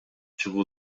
чыгуу